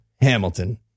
Hamilton